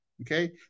okay